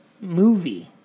movie